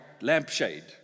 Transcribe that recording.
lampshade